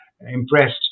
impressed